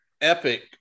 epic